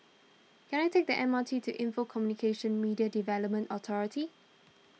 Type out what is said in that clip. can I take the M R T to Info Communications Media Development Authority